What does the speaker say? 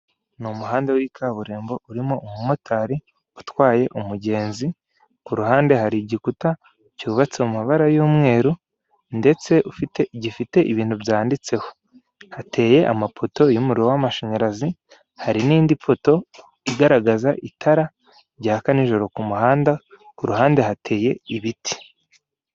Ni umuhanda w'i kaburimbo urimo umumotari utwaye umugenzi, ku ruhande hari igikuta cyubatse mu mabara y'umweru ndetse gifite ibintu byanditseho. Hateye amapoto y'umuriro w'amashanyarazi hari n'indi poto igaragaza itara ryaka nijoro ku muhanda, ku ruhande hateye ibiti.